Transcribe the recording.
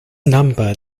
number